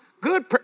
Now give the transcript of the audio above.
good